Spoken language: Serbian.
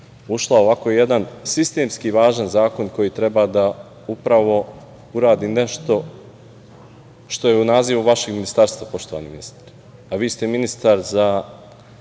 ušla u ovako jedan sistemski važan zakon koji treba da upravo uradi nešto što je u nazivu vašeg ministarstva, poštovani ministre, a vi ste ministar za